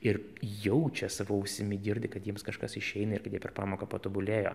ir jaučia savo ausimi girdi kad jiems kažkas išeina ir kad jie per pamoką patobulėjo